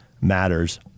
matters